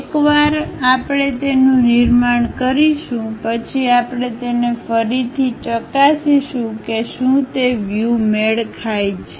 એકવાર આપણે તેનું નિર્માણ કરીશું પછી આપણે તેને ફરીથી ચકાસીશું કે શું તે વ્યૂ મેળ ખાઈ છે